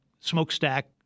smokestack